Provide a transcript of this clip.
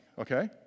Okay